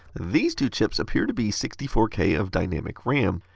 these two chips appear to be sixty four k of dynamic ram.